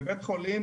בבית חולים